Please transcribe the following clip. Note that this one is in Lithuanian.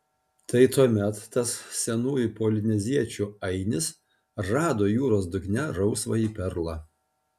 tai tuomet tas senųjų polineziečių ainis rado jūros dugne rausvąjį perlą